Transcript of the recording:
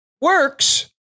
works